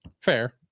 Fair